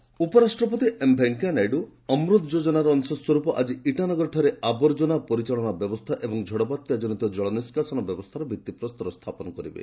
vice president ଉପରାଷ୍ଟ୍ରପତି M Venkaiah Naidu Amrut ଯୋଜନାର ଅଶସ୍ୱର୍ପ ଆକି ଇଟାନଗରଠାରେ ଆବର୍ଜନା ପରିଚାଳନା ବ୍ୟବସ୍ଥା ଏବଂ ଝଡ଼ବାତ୍ୟା ଜନିତ ଜଳ ନିଷ୍କାସନ ବ୍ୟବସ୍ଥାର ଭିଭିପ୍ରସ୍ତର ସ୍ଥାପନ କରିବେ